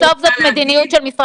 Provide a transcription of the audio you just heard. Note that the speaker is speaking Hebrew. זה הפך להיות מקדם הפחדה,